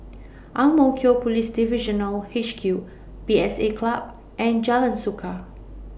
Ang Mo Kio Police Divisional H Q P S A Club and Jalan Suka